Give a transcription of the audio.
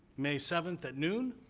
may seventh at noon.